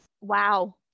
Wow